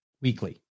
weekly